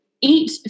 Eat